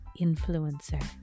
influencer